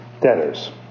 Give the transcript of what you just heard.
debtors